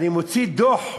אני מוציא דוח.